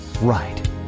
right